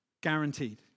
Guaranteed